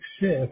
shift